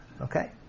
Okay